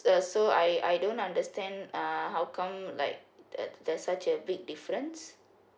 uh so I I don't understand uh how come like that that's such a big difference